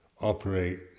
operate